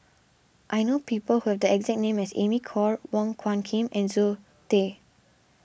I know people who have the exact name as Amy Khor Wong Hung Khim and Zoe Tay